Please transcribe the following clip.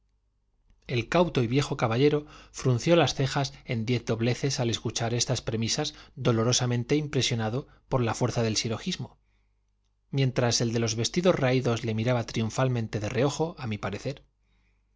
el cauto y viejo caballero frunció las cejas en diez dobleces al escuchar estas premisas dolorosamente impresionado por la fuerza del silogismo mientras el de los vestidos raídos le miraba triunfalmente de reojo a mi parecer